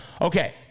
okay